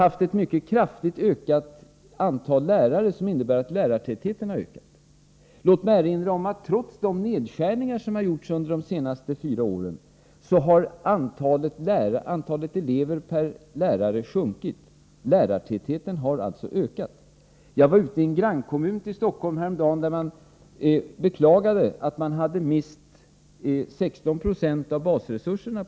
Antalet lärare har också stigit mycket kraftigt. Trots de nedskärningar som har gjorts under de senaste fyra åren har antalet elever per lärare sjunkit. Lärartätheten har alltså ökat. Jag var häromdagen i en grannkommun till Stockholm där man klagade över att man på fyra år hade mist 16 90 av basresurserna.